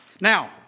Now